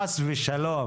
חס ושלום.